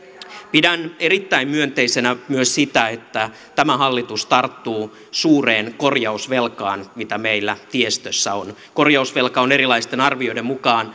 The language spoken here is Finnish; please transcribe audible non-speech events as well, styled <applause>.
pidän erittäin myönteisenä myös sitä että tämä hallitus tarttuu suureen korjausvelkaan mitä meillä tiestössä on korjausvelka on erilaisten arvioiden mukaan <unintelligible>